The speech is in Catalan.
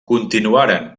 continuaren